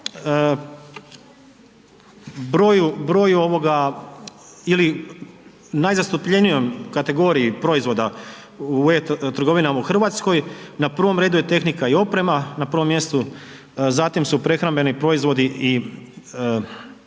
broju ovoga ili najzastupljenijoj kategoriji proizvoda u e-trgovinama u RH, na prvom redu je tehnika i oprema, na prvom mjestu, zatim su prehrambeni proizvodi i moda,